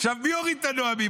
מי הוריד את הנואמים?